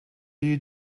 you